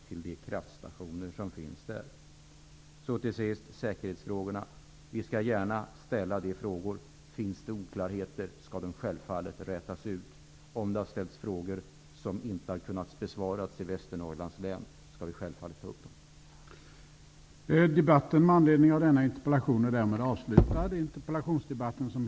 Till sist vill jag beträffande säkerhetsfrågorna säga att vi gärna skall ta upp dem. Finns det oklarheter, skall de självfallet klaras ut. Om det i Västernorrlands län har ställts frågor som inte har kunnat besvaras, skall vi självfallet ta upp dem.